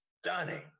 stunning